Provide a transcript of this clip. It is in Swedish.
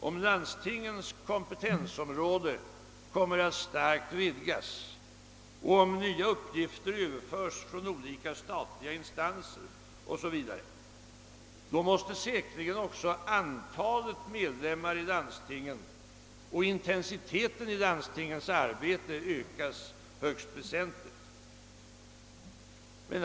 Om landstingens kompetensområde kommer att starkt vidgas och om nya uppgifter överförs från statliga instanser o.s.v. måste säkerligen också antalet medlemmar i landstingen och intensiteten i landstingens arbete ökas högst väsentligt.